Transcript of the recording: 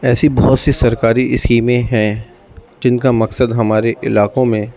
ایسی بہت سی سرکاری اسکیمیں ہیں جن کا مقصد ہمارے علاقوں میں